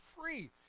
free